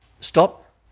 Stop